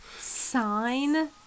Sign